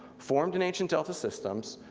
formed in ancient delta systems,